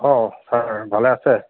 অঁ ছাৰ ভালে আছে